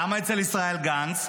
למה אצל ישראל גנץ?